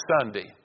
Sunday